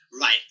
Right